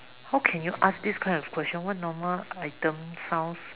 how can you ask this kind of question what normal items sounds